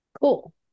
Cool